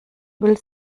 müll